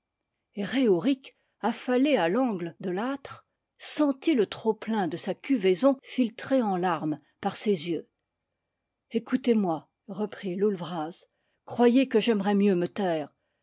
reourik affalé à l'angle de l'âtre sentit le trop plein de sa cuvaispn filtrer en larmes par ses yeux ecoutez-moi reprit loull vraz croyez que j'aimerais mieux me taire